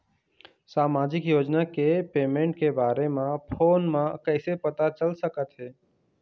सामाजिक योजना के पेमेंट के बारे म फ़ोन म कइसे पता चल सकत हे?